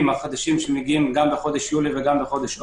החדשים שמגיעים גם בחודש יולי וגם בחודש אוגוסט.